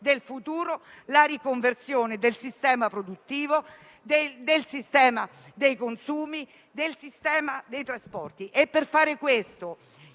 del futuro, la riconversione del sistema produttivo, del sistema dei consumi e dei trasporti. Sul punto